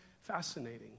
fascinating